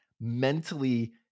mentally